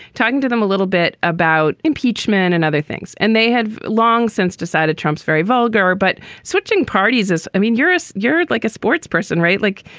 talking to them a little bit about impeachment and other things. and they have long since decided trump's very vulgar. but switching parties is i mean, you're you're like a sports person, right? like,